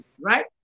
right